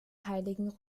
heiligen